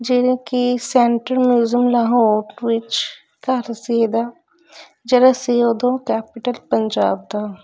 ਜਿਵੇਂ ਕਿ central museum Lahore ਵਿੱਚ ਘਰ ਸੀ ਇਹਦਾ ਜਿਹੜਾ ਸੀ ਓਦੋੋਂ ਕੈਪੀਟਲ ਪੰਜਾਬ ਦਾ